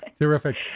Terrific